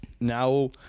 now